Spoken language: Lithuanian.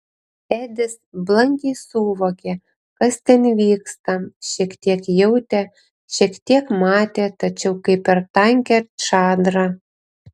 edis blankiai suvokė kas ten vyksta šiek tiek jautė šiek tiek matė tačiau kaip per tankią čadrą